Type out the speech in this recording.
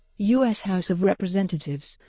u s. house of representatives